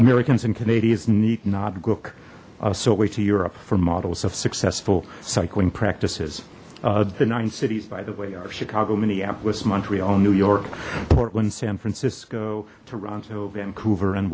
americans and canadians need not cook so way to europe four models of successful cycling practices the nine cities by the way are chicago minneapolis montreal new york portland san francisco toronto vancouver